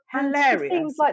hilarious